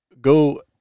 go